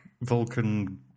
Vulcan